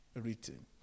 written